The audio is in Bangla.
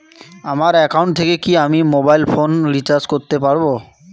আমার একাউন্ট থেকে কি আমি মোবাইল ফোন রিসার্চ করতে পারবো?